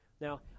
Now